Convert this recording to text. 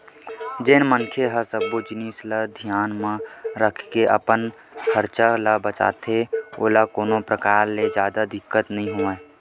जेन मनखे ह सब्बो जिनिस ल धियान म राखके अपन खरचा ल चलाथे ओला कोनो परकार ले जादा दिक्कत नइ होवय